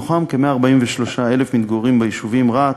מתוכם כ-143,000 מתגוררים ביישובים רהט,